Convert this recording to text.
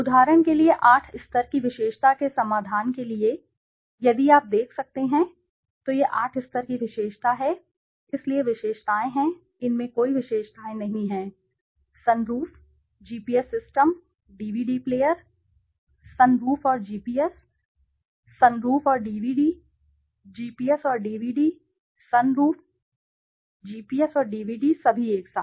उदाहरण के लिए 8 स्तर की विशेषता के समाधान के लिए यदि आप देख सकते हैं तो यह 8 स्तर की विशेषता है इसलिए विशेषताएं हैं इसमें कोई विशेषताएँ नहीं हैं sunroof GPS system DVD player sunroof और जीपीएस सनरूफ और डीवीडी जीपीएस और डीवीडी सनरूफ जीपीएस और डीवीडी सभी एक साथ